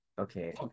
Okay